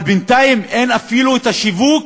אבל בינתיים אין אפילו את השיווק